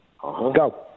Go